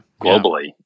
globally